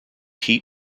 heat